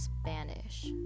spanish